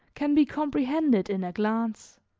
can be comprehended in a glance.